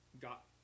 got